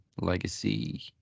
Legacy